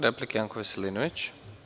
Replika, Janko Veselinović.